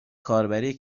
کاربری